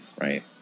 right